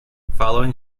following